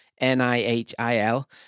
N-I-H-I-L